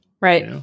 Right